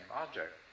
object